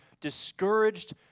discouraged